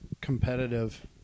competitive